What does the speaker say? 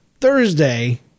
Thursday